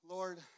Lord